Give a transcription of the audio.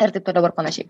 ir taip toliau ir panašiai